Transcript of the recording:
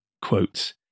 quotes